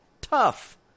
Tough